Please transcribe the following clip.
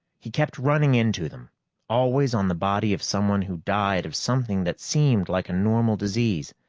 he kept running into them always on the body of someone who died of something that seemed like a normal disease.